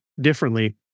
differently